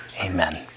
Amen